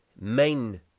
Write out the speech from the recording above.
main